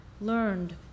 learned